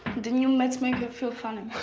the new meds make her feel funny.